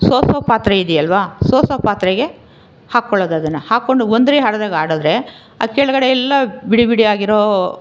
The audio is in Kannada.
ಸೋಸೊ ಪಾತ್ರೆ ಇದೆಯೆಲ್ವ ಸೋಸೊ ಪಾತ್ರೆಗೆ ಹಾಕ್ಕೊಳ್ಳೋದನ್ನು ಹಾಕ್ಕೊಂಡು ವಂದ್ರಿ ಆಡಿದಾಗೆ ಆಡಿದರೆ ಆಗ ಕೆಳಗಡೆಯೆಲ್ಲ ಬಿಡಿ ಬಿಡಿಯಾಗಿರೋ